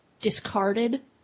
discarded